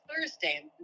thursday